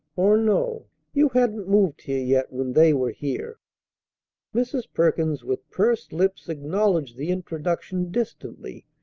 or no you hadn't moved here yet when they were here mrs. perkins with pursed lips acknowledged the introduction distantly,